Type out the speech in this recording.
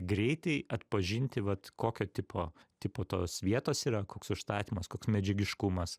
greitai atpažinti vat kokio tipo tipo tos vietos yra koks užstatymas koks medžiagiškumas